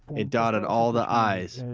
it dotted all the i s.